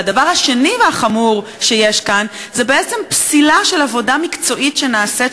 והדבר השני והחמור שיש כאן זה בעצם פסילה של עבודה מקצועית שנעשית,